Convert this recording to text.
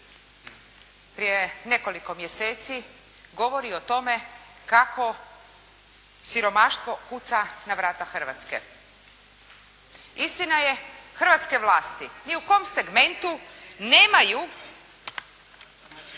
prije nekoliko mjeseci govori o tome kako siromaštvo kuca na vrata Hrvatske. Istina je, hrvatske vlasti ni u kom segmentu nemaju